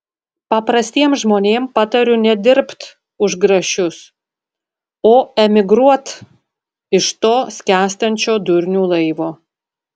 paprastiem žmonėm patariu nedirbt už grašius o emigruot iš to skęstančio durnių laivo